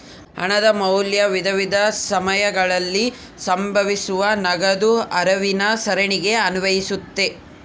ಹಣದ ಮೌಲ್ಯ ವಿವಿಧ ಸಮಯಗಳಲ್ಲಿ ಸಂಭವಿಸುವ ನಗದು ಹರಿವಿನ ಸರಣಿಗೆ ಅನ್ವಯಿಸ್ತತೆ